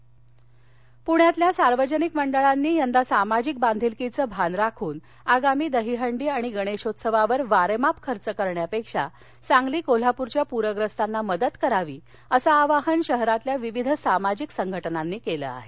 गणेश मंडळ प्ण्यातील सार्वजनिक मंडळांनी यंदा सामाजिक बांधिलकीचं भान राखून आगामी दहीहंडी आणि गणेशोत्सवावर वारेमाप खर्च करण्यापेक्षा सांगली कोल्हापूरच्या पूर्यस्तांना मदत करावी असं आवाहन शहरातील विविध सामाजिक संघटनांनी केलं आहे